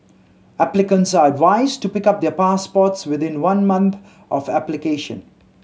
applicants are advised to pick up their passports within one month of application